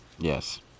Yes